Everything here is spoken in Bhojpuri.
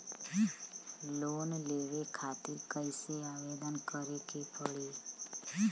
लोन लेवे खातिर कइसे आवेदन करें के पड़ी?